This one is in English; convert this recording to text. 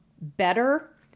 better